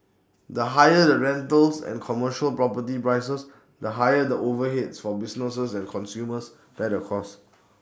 the higher the rentals and commercial property prices the higher the overheads for businesses and consumers bear the costs